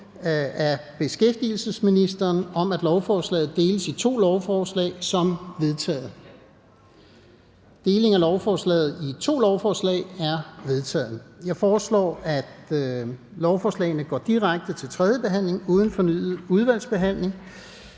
af bidragssatsen til barselsudligningsordningen)]. Deling af lovforslaget i to lovforslag er vedtaget. Jeg foreslår, at lovforslagene går direkte til tredje behandling uden fornyet udvalgsbehandling.